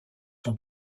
son